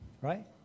right